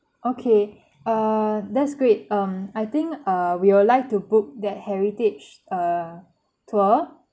okay err that's great um I think err we would like to book that heritage err tour